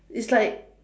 it's like